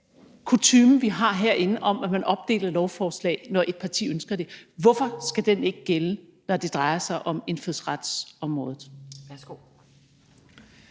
skal den kutyme, vi har herinde, om, at man opdeler lovforslag, når et parti ønsker det, ikke gælde, når det drejer sig om indfødsretsområdet?